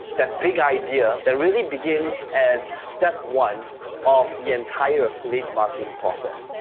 that big idea, that really begins as step one of the entire affiliate marketing process.